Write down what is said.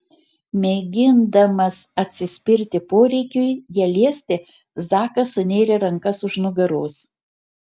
mėgindamas atsispirti poreikiui ją liesti zakas sunėrė rankas už nugaros